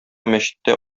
мәчеттә